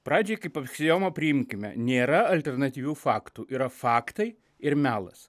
pradžiai kaip aksiomą priimkime nėra alternatyvių faktų yra faktai ir melas